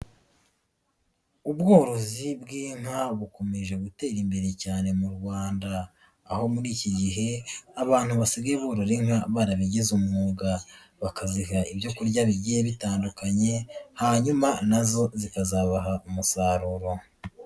Ubworozi bw'inka bukomeje gutera imbere cyane mu Rwanda. Aho muri iki gihe abantu basigaye burora inka barabigize umwuga, bakazihi ibyo kurya bigiye bitandukanye, hanyuma na zo zikazabaha umusaruro.